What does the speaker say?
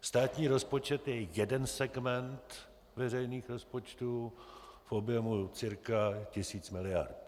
Státní rozpočet je jeden segment veřejných rozpočtů v objemu cca 1000 mld.